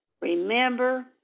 remember